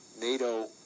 NATO